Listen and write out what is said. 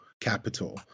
capital